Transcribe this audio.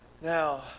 Now